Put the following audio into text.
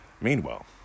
Meanwhile